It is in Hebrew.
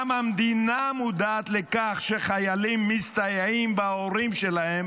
גם המדינה מודעת לכך שחיילים מסתייעים בהורים שלהם